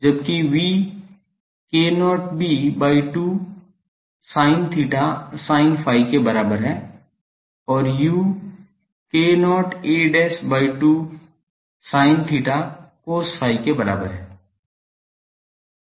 जबकि v k0 b by 2 sin theta sin phi के बराबर है और u k0 a by 2 sin theta cos phi के बराबर है